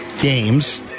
games